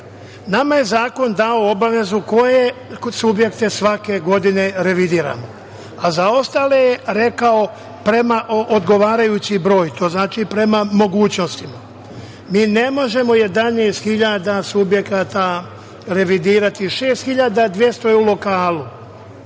nama je zakon dao obavezu koje subjekte svake godine revidiramo, a za ostale je rekao prema odgovarajućim broju, to znači prema mogućnostima. Ne možemo 11 hiljada subjekata revidirati. U lokalu je 6.200.